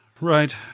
Right